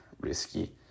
risky